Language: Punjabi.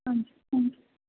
ਹਾਂਜੀ ਥੈਂਕ ਯੂ